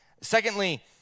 Secondly